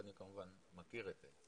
ואני כמובן מכיר את זה,